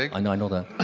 i know that.